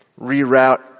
Reroute